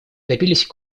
добились